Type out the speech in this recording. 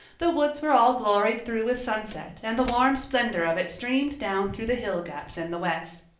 the woods were all gloried through with sunset and the warm splendor of it streamed down through the hill gaps in the west.